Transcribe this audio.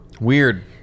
Weird